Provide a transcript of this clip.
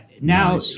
Now